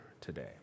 today